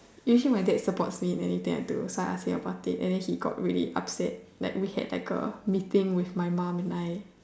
usually my dad supports me in anything I do so I asked him about it then he got really upset like we had like a meeting with my mom and I